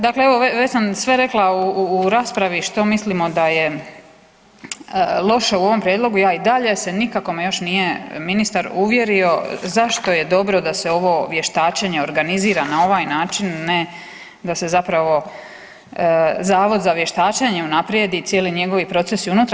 Dakle, evo već sam sve rekla u raspravi što mislimo da je loše u ovom prijedlogu, ja i dalje se, nikako me još ministar nije uvjerio zašto je dobro da se ovo vještačenje organizira na ovaj način, ne da se zapravo Zavod za vještačenje unaprijedi i cijeli njegovi procesi unutra.